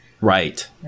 Right